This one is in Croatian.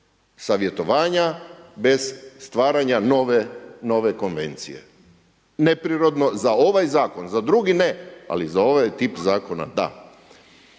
bez savjetovanja, bez stvaranja nove konvencije. Neprirodno za ovaj zakon, za drugi ne, ali za ovaj tip zakona da.